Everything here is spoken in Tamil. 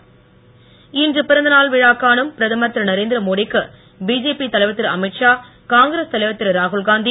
வாழ்த்து இன்று பிறந்தநாள் காணும் பிரதமர் திரு நரேந்திரமோடிக்கு பிஜேபி தலைவர் திரு அமீத்ஷா காங்கிரஸ் தலைவர் திரு ராகுல்காந்தி